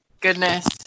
Goodness